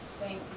Thank